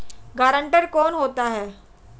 Guarantor कौन होता है?